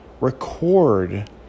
record